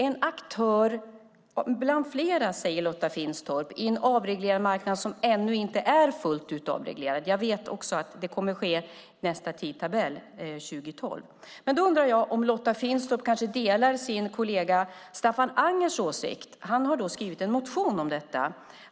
En aktör bland flera, säger Lotta Finstorp, i en avreglerad marknad som ännu inte är fullt ut avreglerad. Jag vet att det kommer att ske vid nästa tidtabell 2012. Men då undrar jag om Lotta Finstorp kanske delar sin kollega Staffan Angers åsikt som har skrivit en motion om detta.